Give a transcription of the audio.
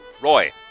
Roy